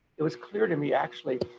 it was clear to me actually,